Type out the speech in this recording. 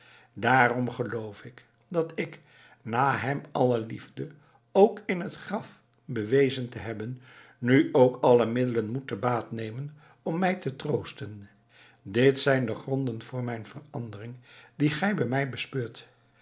daarom geloof ik dat ik na hem alle liefde ook in het graf bewezen te hebben nu ook alle middelen moet te baat nemen om mij te troosten dit zijn de gronden voor de verandering die gij bij mij bespeurt